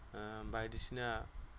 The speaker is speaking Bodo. बायदिसिना